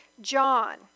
John